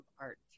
art